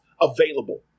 available